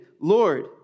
Lord